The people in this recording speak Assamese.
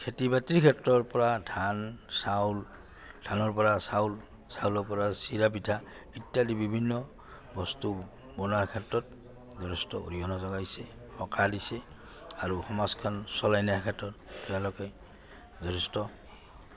খেতি বাতিৰ ক্ষেত্ৰৰ পৰা ধান চাউল ধানৰ পৰা চাউল চাউলৰ পৰা চিৰা পিঠা ইত্যাদি বিভিন্ন বস্তু বনোৱাৰ ক্ষেত্ৰত যথেষ্ট অৰিহণা যোগাইছে সকাহ দিছে আৰু সমাজখন চলাই নিয়াৰ ক্ষেত্ৰত তেওঁলোকে যথেষ্ট